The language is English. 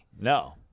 No